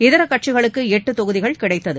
இதர கட்சிகளுக்கு எட்டு தொகுதிகள் கிடைத்தது